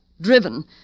Driven